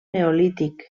neolític